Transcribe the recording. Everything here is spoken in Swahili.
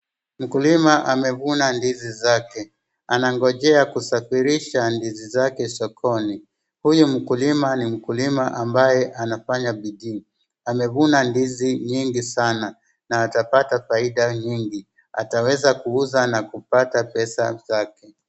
Mkulima amevuna ndizi zake, anangojea kusafirisha ndizi zake sokoni. Huyu mkulima ni mkulima ambaye anafanya bidii, amevuna ndizi nyingi sana na atapata faida nyingi, ataweza kuuza na kupata pesa zake.